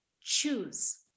choose